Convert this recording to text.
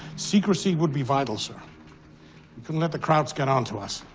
secrecy would be vital, sir. you couldn't let the crowds get onto us.